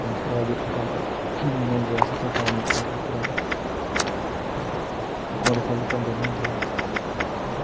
जगह् जित्थें खाल्ली न्होंदे अस उत्थै पानी पौंदा उप्परा हां ते नुआढ़े ख'ल्ल बंदे न्होंदे आं ते